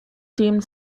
deemed